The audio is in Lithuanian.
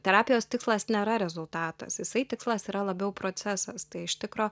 terapijos tikslas nėra rezultatas jisai tikslas yra labiau procesas tai iš tikro